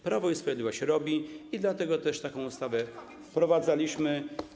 Prawo i Sprawiedliwość robi, dlatego też taką ustawę wprowadzaliśmy.